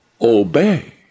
obey